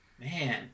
Man